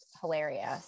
Hilarious